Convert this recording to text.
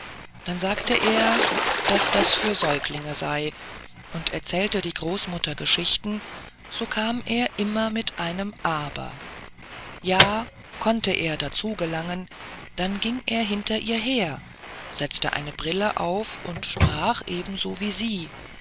dann sagte er daß das für säuglinge sei und erzählte die großmutter geschichten so kam er immer mit einem aber ja konnte er dazu gelangen dann ging er hinter ihr her setzte eine brille auf und sprach eben so wie sie